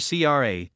CRA